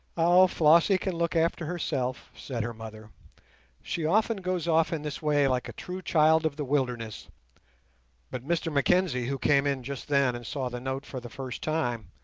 ah, flossie can look after herself said her mother she often goes off in this way like a true child of the wilderness but mr mackenzie, who came in just then and saw the note for the first time,